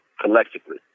collectively